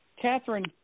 Catherine